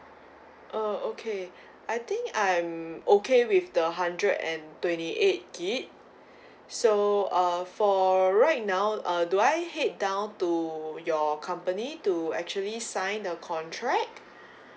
uh okay I think I I'm okay with the hundred and twenty eight gig so err for right now uh do I head down to your company to actually sign a contract